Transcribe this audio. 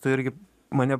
tu irgi mane